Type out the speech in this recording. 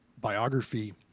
biography